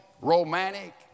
romantic